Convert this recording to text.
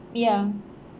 ya